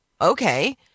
okay